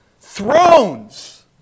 Thrones